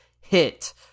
hit